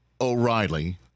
O'Reilly